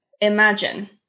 Imagine